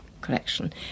collection